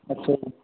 ਅੱਛਾ ਜੀ